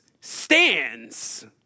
stands